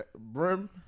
brim